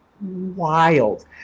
wild